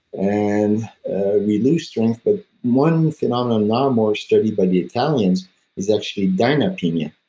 and we lose strength, but one phenomenon now more studied by the italians is actually dynapenia,